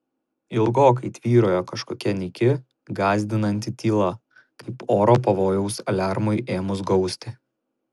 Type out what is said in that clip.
ilgokai tvyrojo kažkokia nyki gąsdinanti tyla kaip oro pavojaus aliarmui ėmus gausti